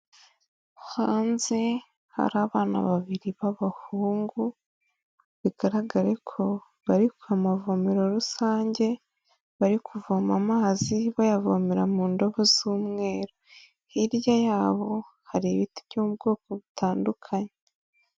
Hanze hari abana babiri b'abahungu bigaragare ko bari ku mavomero rusange, bari kuvoma amazi bayavomera mu ndobo z'umweru, hirya yabo hari ibiti by'ubwoko butandukanye.